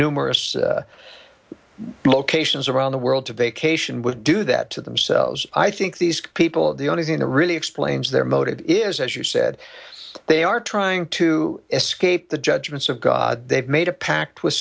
numerous locations around the world to vacation would do that to themselves i think these people the only thing to really explains their motive is as you said they are trying to escape the judgments of god they've made a pact with